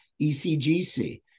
ECGC